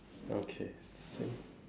okay same